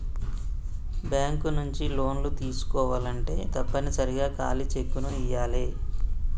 bank నుంచి లోన్లు తీసుకోవాలంటే తప్పనిసరిగా ఖాళీ చెక్కుని ఇయ్యాలే